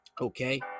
Okay